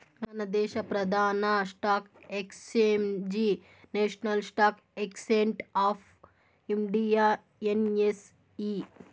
మనదేశ ప్రదాన stock exchange national stock exchange of India NSE